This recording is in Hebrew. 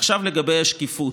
עכשיו לגבי השקיפות,